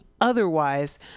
otherwise